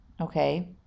Okay